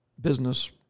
Business